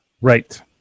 Right